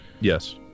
yes